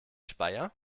speyer